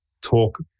talk